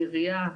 העירייה,